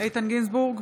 איתן גינזבורג,